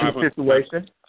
situation